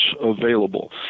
available